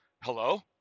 hello